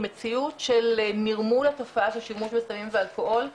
מציאות של נירמול תופעת השימוש בסמים ואלכוהול,